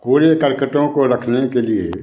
कूड़े करकटों को रखने के लिए